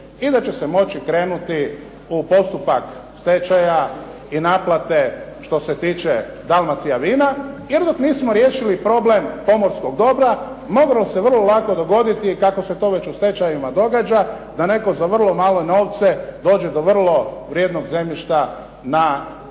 i da će se moći krenuti u postupak stečaja i naplate što se tiče "Dalmacije vina" jer dok nismo riješili problem pomorskog dobra, moglo se vrlo lako dogoditi kako se to već u stečajima događa, da netko za vrlo male novce dođe do vrlo vrijednog zemljišta na